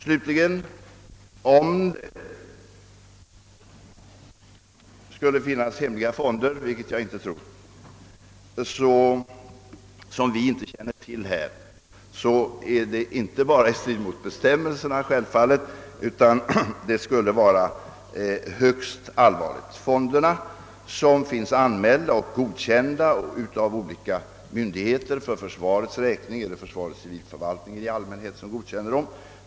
Slutligen vill jag anföra att, om det skulle finnas hemliga fonder — vilket jag inte tror — som vi inte känner till, detta inte bara självfallet står i strid mot bestämmelserna utan också skulle vara högst allvarligt. Fonderna är anmälda till och godkända av olika myndigheter. För försvarets räkning är det i allmänhet dess civilförvaltning som har att lämna sådant godkännande.